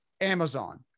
Amazon